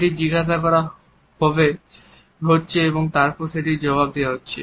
যেটি জিজ্ঞেস করা হচ্ছে এবং তারপর সেটির জবাব দেওয়া হচ্ছে